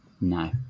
No